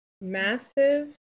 Massive